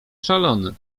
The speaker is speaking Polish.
szalony